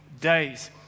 days